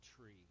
tree